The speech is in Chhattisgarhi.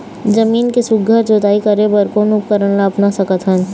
जमीन के सुघ्घर जोताई करे बर कोन उपकरण ला अपना सकथन?